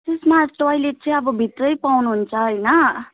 त्यसमा टोइलेट चाहिँ अब भित्रै पाउनु हुन्छ होइन